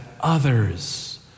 others